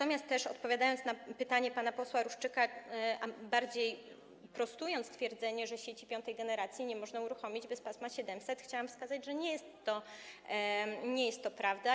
Odpowiadając na pytanie pana posła Ruszczyka, bardziej prostując twierdzenie, że sieci piątej generacji nie można uruchomić bez pasma 700, chciałabym wskazać, że nie jest to prawda.